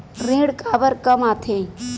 ऋण काबर कम आथे?